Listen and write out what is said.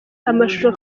amashusho